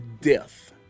death